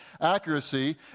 accuracy